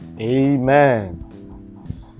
Amen